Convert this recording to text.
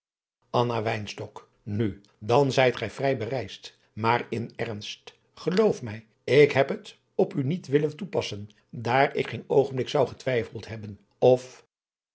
nu dan zijt gij vrij bereisd maar in ernst geloof mij ik heb het op u niet willen toepassen daar ik geen oogenblik zou getwijfeld hebben of